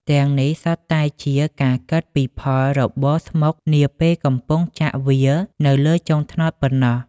ទាំងនេះសុទ្ធតែជាការគិតពីផលរបរស្មុគនាពេលកំពុងចាក់វានៅលើចុងត្នោតប៉ុណ្ណោះ។